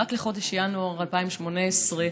רק לחודש ינואר 2018: